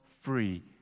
free